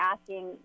asking